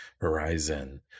horizon